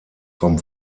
vom